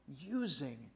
using